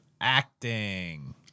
acting